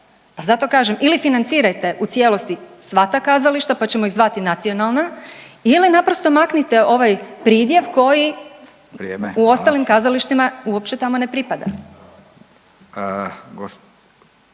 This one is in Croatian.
zato kažem ili financirajte u cijelosti sva ta kazališta, pa ćemo ih zvati nacionalna ili naprosto maknite ovaj pridjev koji …/Upadica Radin: Vrijeme, hvala/…u ostalim kazalištima uopće tamo ne pripada.